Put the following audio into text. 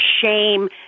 shame